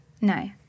No